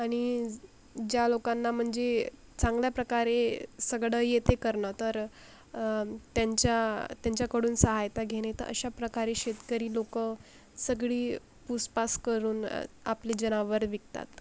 आणि ज्या लोकांना म्हणजे चांगल्या प्रकारे सगळं येते करणं तर त्यांच्या त्यांच्याकडून सहायता घेणे तर अशा प्रकारे शेतकरी लोक सगळी पुसपास करून आपली जनावरं विकतात